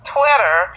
Twitter